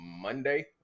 monday